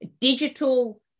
digital